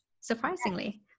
surprisingly